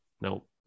nope